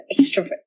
extrovert